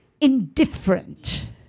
indifferent